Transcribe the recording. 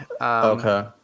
Okay